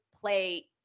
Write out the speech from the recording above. play